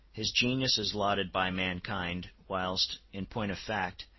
his genius is lauded by mankind, whilst, in point of fact,